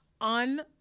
on